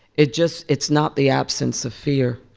it just it's not the absence of fear.